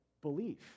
belief